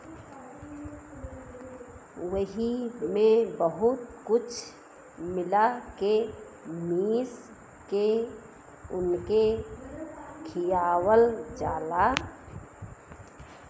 वही मे बहुत कुछ मिला के मीस के उनके खियावल जाला